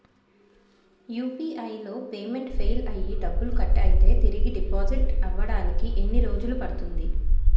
UPI లో payment fail అయ్యి డబ్బులు కట్ అయితే తిరిగి డిపాజిట్ అవ్వడానికి ఎన్ని రోజులు పడుతుంది?